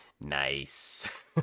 Nice